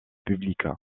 public